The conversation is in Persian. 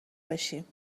بشیم